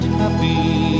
happy